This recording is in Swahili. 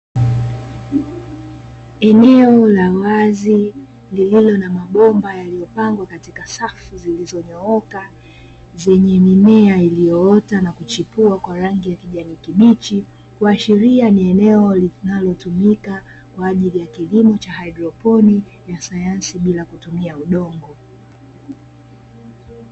Eneo la wazi lililo na mabomba yaliyopangwa katika safu zilizonyooka, zenye mimea iliyoota na kuchipua kwa rangi ya kijani kibichi, kuashiria ni eneo linalotumika kwa ajili ya kilimo cha haidroponi ya sayansi bila kutumia udongo.